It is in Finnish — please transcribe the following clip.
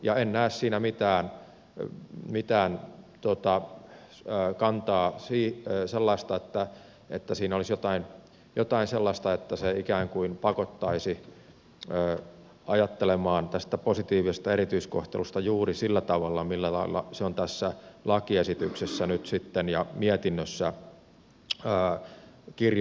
en näe siinä mitään sellaista kantaa että siinä olisi jotain sellaista että se ikään kuin pakottaisi ajattelemaan tästä positiivisesta erityiskohtelusta juuri sillä tavalla millä lailla se nyt on tässä lakiesityksessä ja mietinnössä kirjoitettu